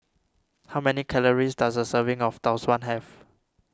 how many calories does a serving of Tau Suan have